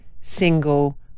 single